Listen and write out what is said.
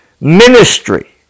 ministry